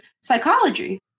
psychology